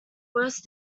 worst